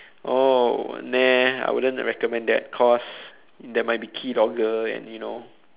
oh nah I wouldn't recommend that cause there might be key dogger and you know